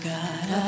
God